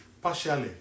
partially